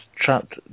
trapped